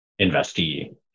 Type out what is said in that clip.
investee